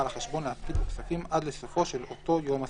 החשבון להפקיד בו כספים עד לסופו של אותו יום עסקים.